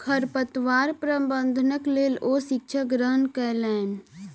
खरपतवार प्रबंधनक लेल ओ शिक्षा ग्रहण कयलैन